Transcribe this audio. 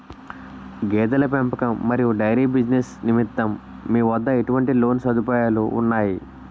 గేదెల పెంపకం మరియు డైరీ బిజినెస్ నిమిత్తం మీ వద్ద ఎటువంటి లోన్ సదుపాయాలు ఉన్నాయి?